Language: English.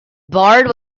bard